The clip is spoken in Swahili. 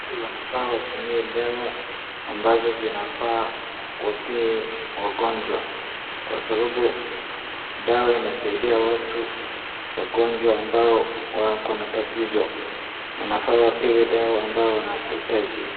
Watu wanafaa watumie dawa ambazo zinafaa wapee wagonjwa. Kwa sababu dawa inasaidia watu, wagonjwa ambao wako na tatizo, wanafaa wapewe dawa ambazo wanahitaji.